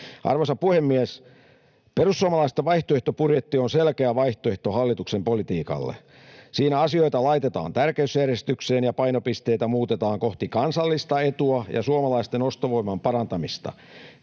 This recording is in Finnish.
Arvoisa puhemies! Perussuomalaisten vaihtoehtobudjetti on selkeä vaihtoehto hallituksen politiikalle. Siinä asioita laitetaan tärkeysjärjestykseen ja painopisteitä muutetaan kohti kansallista etua ja suomalaisten ostovoiman parantamista.